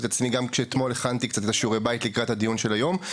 את עצמי כשאתמול הכנתי קצת את שיעורי הבית לקראת הדיון של היום.